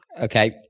Okay